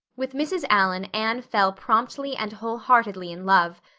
with mrs. allan anne fell promptly and wholeheartedly in love.